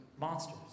monsters